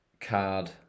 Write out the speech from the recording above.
card